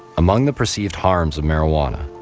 among the perceived harms of marijuana,